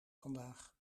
vandaag